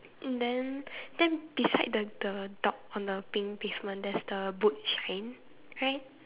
then then beside the the dog on the pink pavement there's the boot shine right